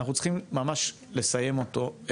אנחנו צריכים ממש לסיים אותו.